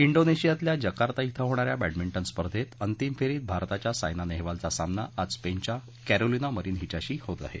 ा डोनेशियातल्या जकार्ता ध्व होणाऱ्या बह्निंटन स्पर्धेत अंतिम फेरीत भारताच्या सायना नेहवालचा सामना आज स्पेनच्या क्सीलिना मरीन हिच्याशी होणार आहे